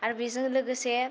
आरो बेजों लोगोसे